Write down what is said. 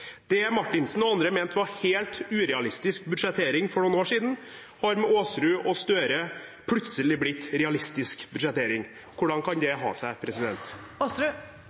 representanten Marthinsen og andre mente var helt urealistisk budsjettering for noen år siden, er med Aasrud og Støre plutselig blitt realistisk budsjettering. Hvordan kan det ha seg?